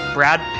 Brad